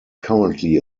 currently